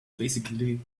basically